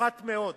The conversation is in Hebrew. מופחת מאוד.